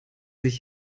sich